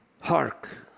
Hark